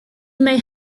may